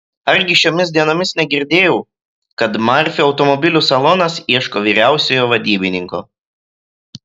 argi šiomis dienomis negirdėjau kad merfio automobilių salonas ieško vyriausiojo vadybininko